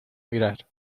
mirar